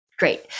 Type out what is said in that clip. Great